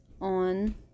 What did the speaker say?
on